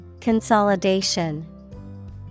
Consolidation